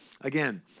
again